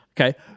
Okay